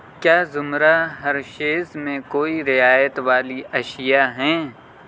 کیا زمرہ ہرشیز میں کوئی رعایت والی اشیاء ہیں